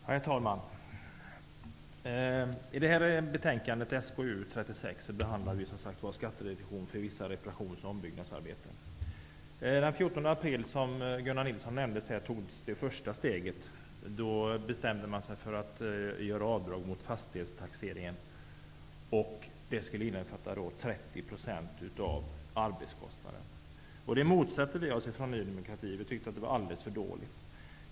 Herr talman! I betänkande SkU36 behandlar vi skattereduktion för vissa reparations och ombyggnadsarbeten. Den 14 april togs det första steget, som Gunnar Nilsson nämnde. Då bestämde man sig för att göra avdrag mot fastighetstaxeringen. Det skulle då innefatta 30 % av arbetskostnaden. Det motsatte vi oss från Ny demokrati. Vi tyckte att det var alldeles för dåligt.